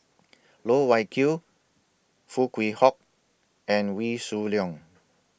Loh Wai Kiew Foo Kwee Horng and Wee Shoo Leong